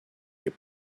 your